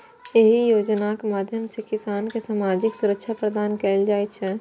एहि योजनाक माध्यम सं किसान कें सामाजिक सुरक्षा प्रदान कैल जाइ छै